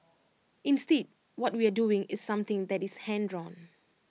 instead what we are doing is something that is hand drawn